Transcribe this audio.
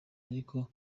ariko